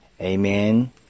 Amen